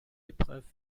épreuves